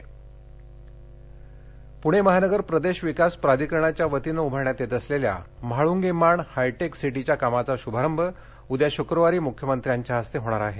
hi tech city Pune महानगर प्रदेश विकास प्राधिकरणाच्या वतीनं उभारण्यात येत असलेल्या म्हाळुंगे माण हायटेक सिटीच्या कामाचा श्भारंभ उद्या श्क्रवारी मुख्यमंत्र्याच्या हस्ते होणार आहे